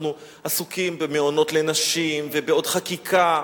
אנחנו עסוקים במעונות לנשים ובעוד חקיקה,